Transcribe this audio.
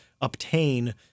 obtain